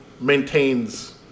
maintains